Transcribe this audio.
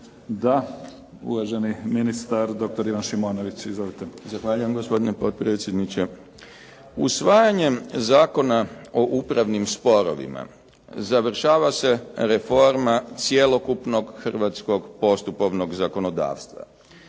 Da. Uvaženi ministar doktor Ivan Šimonović. Izvolite. **Šimonović, Ivan** Zahvaljujem gospodine potpredsjedniče. Usvajanjem Zakona o upravnim sporovima završava se reforma cjelokupnog hrvatskog postupovnog zakonodavstva.